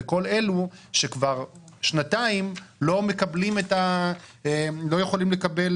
בכל אלה שכבר שנתיים לא יכולים לקבל,